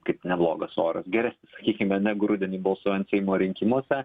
kaip neblogas oras geresnis sakykime negu rudenį balsuojant seimo rinkimuose